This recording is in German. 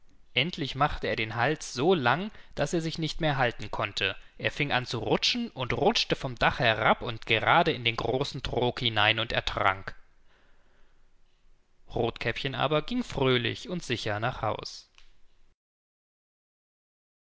endlich machte er den hals so lang daß er sich nicht mehr halten konnte er fing an zu rutschen und rutschte vom dach herab und gerade in den großen trog hinein und ertrank rothkäppchen aber ging fröhlich und sicher nach haus